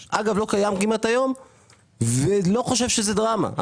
אגב, לא קיים כמעט היום ואני לא חושב שזאת דרמה.